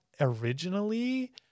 originally